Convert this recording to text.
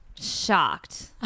Shocked